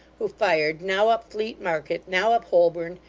who fired, now up fleet market, now up holborn,